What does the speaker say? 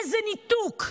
איזה ניתוק.